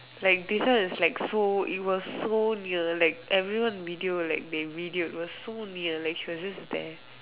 like this one is like so it was so near like everyone video like they videoed was so near like she was just there